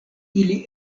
ili